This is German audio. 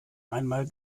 einmal